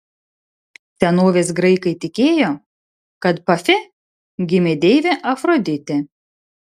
senovės graikai tikėjo kad pafe gimė deivė afroditė